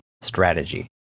strategy